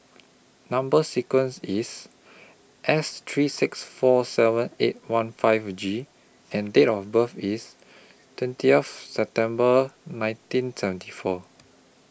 Number sequence IS S three six four seven eight one five G and Date of birth IS twentieth September nineteen seventy four